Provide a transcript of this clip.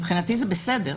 מבחינתי זה בסדר,